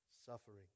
suffering